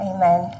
Amen